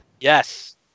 Yes